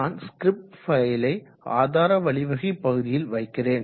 நான் ஸ்கிரிப்ட் ஃபைலை ஆதார வழிவகை பகுதியில் வைக்கிறேன்